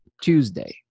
Tuesday